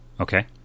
Okay